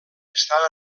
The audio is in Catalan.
està